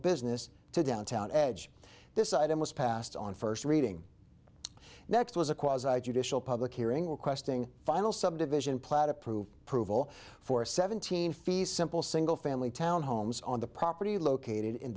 business to downtown edge this item was passed on first reading next was a cause i judicial public hearing requesting final subdivision plat approved approval for seventeen feet simple single family town homes on the property located in